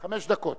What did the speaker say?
חמש דקות